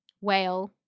whale